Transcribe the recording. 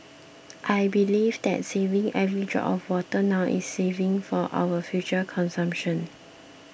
I believe that saving every drop of water now is saving for our future consumption